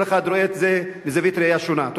כל אחד רואה את זה מזווית ראייה שונה.